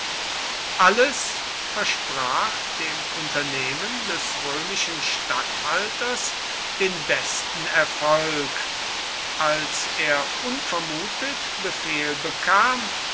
alles versprach dem unternehmen des römischen statthalters den besten erfolg als er unvermutet befehl bekam